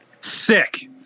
sick